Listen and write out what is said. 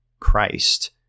christ